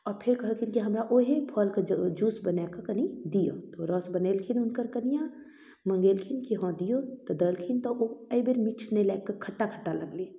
आओर फेर कहलखिन की हमरा ओहे फलके जूस बनाकऽ कनी दिअ तऽ ओ रस बनेलखिन हुनकर कनिआँ मङ्गेलखिन की हँ दियौ तऽ देलखिन तऽ ओ अइ बेर मीठ नहि लागिकऽ खट्टा खट्टा लगलै